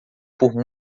por